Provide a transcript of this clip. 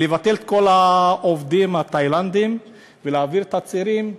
לבטל את כל העובדים התאילנדים ולהעביר את הצעירים